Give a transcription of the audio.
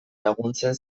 laguntzen